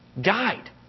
died